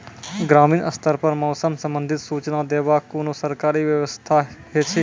ग्रामीण स्तर पर मौसम संबंधित सूचना देवाक कुनू सरकारी व्यवस्था ऐछि?